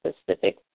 specific